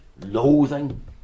loathing